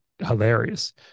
hilarious